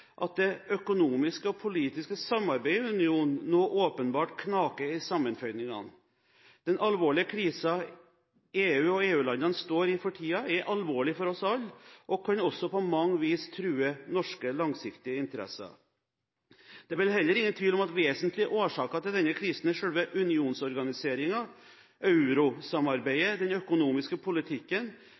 at det økonomiske og politiske samarbeidet i unionen nå åpenbart knaker i sammenføyningene. Den alvorlige krisen EU og EU-landene står i for tiden, er alvorlig for oss alle og kan også på mange vis true norske langsiktige interesser. Det er vel heller ingen tvil om at vesentlige årsaker til denne krisen, er selve unionsorganiseringen, eurosamarbeidet og den økonomiske politikken,